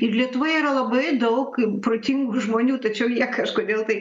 ir lietuvoje yra labai daug protingų žmonių tačiau jie kažkodėl tai